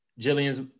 Jillian's